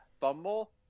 fumble